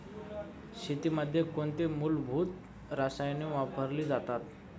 शेतीमध्ये कोणती मूलभूत रसायने वापरली जातात?